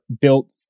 built